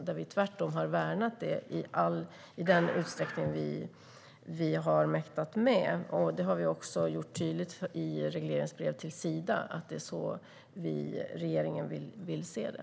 Där har vi tvärtom värnat det i den utsträckning vi mäktat med. Vi har också tydliggjort i regleringsbrevet till Sida att det är så regeringen vill se det.